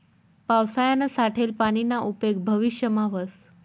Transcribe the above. पावसायानं साठेल पानीना उपेग भविष्यमा व्हस